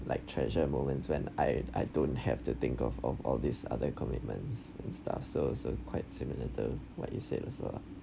like treasured moments when I I don't have to think of of all these other commitments and stuff so so quite similar to what you said also lah